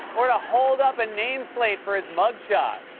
or to hold up a name slate for his mug shot.